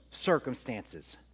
circumstances